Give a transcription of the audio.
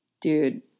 Dude